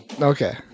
Okay